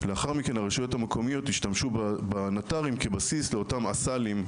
לאחר מכן הרשויות המקומיות ישתמשו בנט"רים כבסיס לאותם אס"לים,